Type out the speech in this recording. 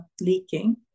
leaking